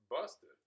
busted